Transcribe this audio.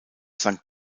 sank